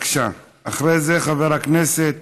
אחרי זה, חבר הכנסת